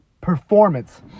performance